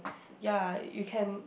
ya you can